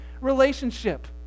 relationship